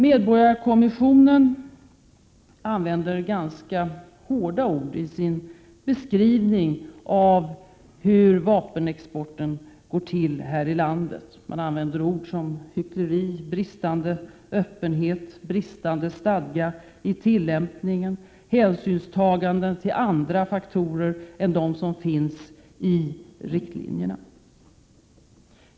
Medborgarkommissionen använder ganska hårda ord i sin beskrivning av hur vapenexporten sköts här i landet. Man använder ord som hyckleri, bristande öppenhet, bristande stadga i tillämpningen och hänsynstaganden till andra faktorer än dem som finns i riktlinjerna.